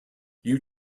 you